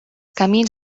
camins